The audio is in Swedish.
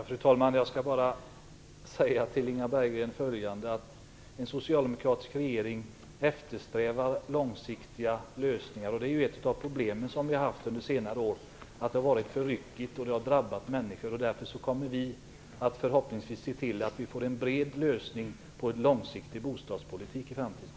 Fru talman! Jag skall bara säga följande till Inga Berggren: En socialdemokratisk regering eftersträvar långsiktiga lösningar. Ett av de problem vi har haft under senare år är att det har varit för ryckigt. Det har drabbat människor. Därför kommer vi förhoppningsvis se till att vi får en bred lösning och en långsiktig bostadspolitik i framtiden.